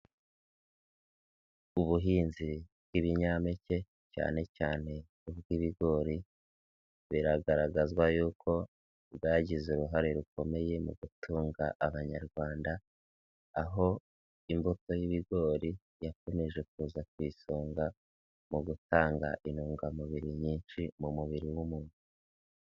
Ubuhinzi bw'ibinyampeke cyane cyane ubw'ibigori biragaragazwa yuko bwagize uruhare rukomeye mu gutunga Abanyarwanda, aho imbuto y'ibigori yakomeje kuza ku isonga mu gutanga intungamubiri nyinshi mu mubiri w'umuntu.